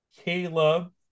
Caleb